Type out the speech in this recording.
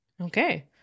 okay